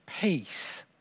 peace